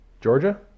Georgia